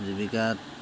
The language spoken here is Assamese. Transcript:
জীৱিকাত